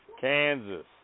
Kansas